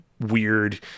weird